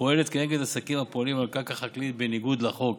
פועלת כנגד עסקים הפועלים על קרקע חקלאית בניגוד לחוק.